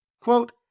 Quote